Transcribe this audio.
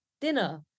dinner